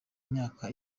myaka